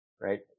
right